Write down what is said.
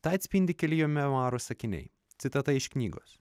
tai atspindi keli jo memuarų sakiniai citata iš knygos